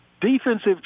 defensive